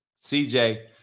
CJ